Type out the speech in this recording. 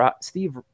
Steve